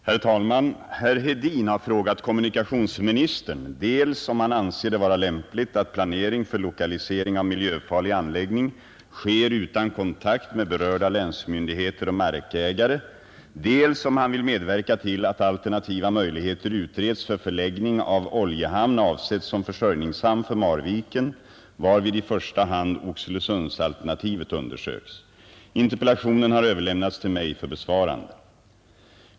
Herr talman! Herr Hedin har frågat kommunikationsministern dels om han anser det vara lämpligt att planering för lokalisering av miljöfarlig anläggning sker utan kontakt med berörda länsmyndigheter och markägare, dels om han vill medverka till att alternativa möjligheter utreds för förläggning av oljehamn avsedd som försörjningshamn för Marviken varvid i första hand Oxelösundsalternativet undersöks. Interpellationen har överlämnats till mig för besvarande.